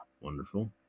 Wonderful